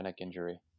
injury